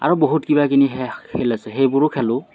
আৰু বহুত কিবা কিবি খেল আছে সেইবোৰো খেলোঁ